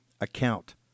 account